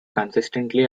consistently